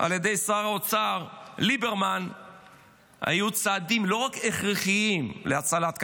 על ידי שר האוצר ליברמן היו צעדים לא רק הכרחיים להצלת הכלכלה,